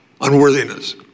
unworthiness